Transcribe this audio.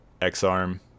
X-Arm